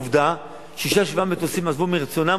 עובדה ששישה-שבעה מטוסים עזבו מרצונם,